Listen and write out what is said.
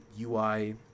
UI